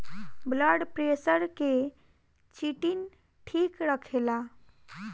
blood pressure के चिटिन ठीक रखेला